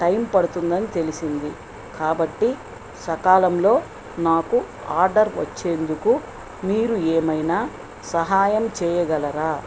time పడుతుందని తెలిసింది కాబట్టి సకాలంలో నాకు ఆర్డర్ వచ్చేందుకు మీరు ఏమైనా సహాయం చెయ్యగలరా